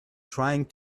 trying